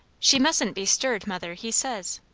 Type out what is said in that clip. she mustn't be stirred, mother, he says.